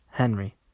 Henry